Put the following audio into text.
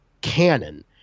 canon